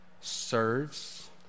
serves